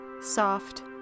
soft